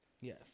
Yes